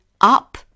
up